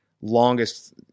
longest